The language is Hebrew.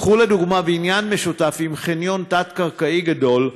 קחו לדוגמה בניין משותף עם חניון תת-קרקעי גדול.